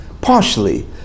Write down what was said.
partially